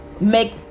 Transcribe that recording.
make